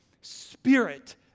spirit